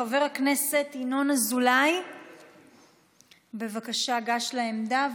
חבר הכנסת ינון אזולאי, בבקשה, גש לעמדה.